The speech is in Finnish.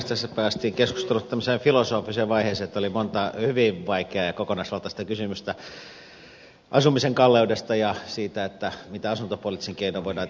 tässä päästiin keskustelussa tämmöiseen filosofiseen vaiheeseen että oli monta hyvin vaikeaa ja kokonaisvaltaista kysymystä asumisen kalleudesta ja siitä mitä asuntopoliittisin keinoin voidaan tehdä